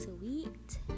Sweet